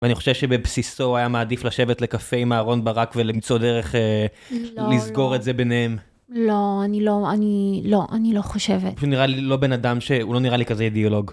ואני חושב שבבסיסו הוא היה מעדיף לשבת לקפה עם אהרון ברק ולמצוא דרך לסגור את זה ביניהם. לא, אני לא חושבת. הוא נראה לי לא בן אדם, הוא פשוט הוא לא נראה לי כזה אידיאולוג.